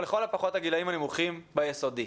או לכל הפחות הגילאים הנמוכים ביסודי.